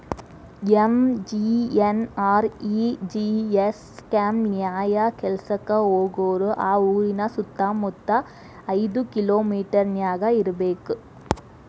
MGNREGS scheme ನ್ಯಾಯ ಕೆಲ್ಸಕ್ಕ ಹೋಗೋರು ಆ ಊರಿನ ಸುತ್ತಮುತ್ತ ಐದ್ ಕಿಲೋಮಿಟರನ್ಯಾಗ ಇರ್ಬೆಕ್